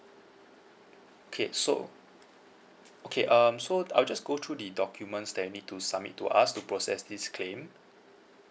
okay so okay um so I'll just go through the documents that you need to submit to us to process this claim